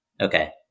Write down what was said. Okay